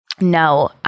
No